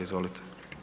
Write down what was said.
Izvolite.